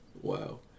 Wow